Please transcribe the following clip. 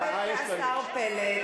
גם את השר פלד,